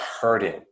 hurting